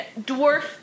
dwarf